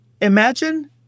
imagine